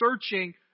searching